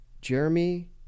Jeremy